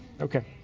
Okay